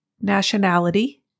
Nationality